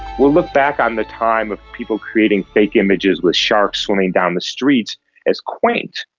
we'll look back on the time of people creating fake images with sharks swimming down the streets as quaint,